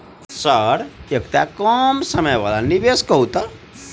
Sir एकटा सबसँ कम समय वला निवेश कहु तऽ?